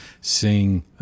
seeing